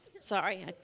Sorry